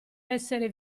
essere